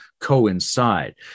coincide